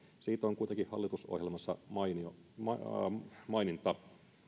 siitä on kuitenkin hallitusohjelmassa maininta